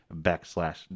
backslash